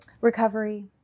Recovery